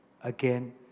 Again